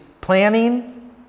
planning